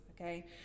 okay